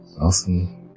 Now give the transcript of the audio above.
Awesome